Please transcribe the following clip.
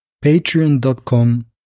Patreon.com